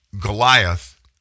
Goliath